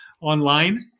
online